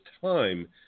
time